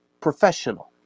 professional